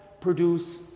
produce